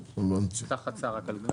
תחת שר הכלכלה.